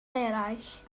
eraill